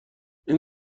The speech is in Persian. این